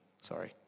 Sorry